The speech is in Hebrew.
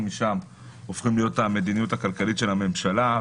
משם הופכים להיות המדיניות הכלכלית של הממשלה.